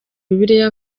bibiliya